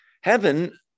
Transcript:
heaven